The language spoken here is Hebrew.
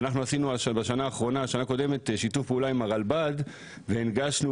עשינו בשנה הקודמת שיתוף פעולה עם הרלב"ד והנגשנו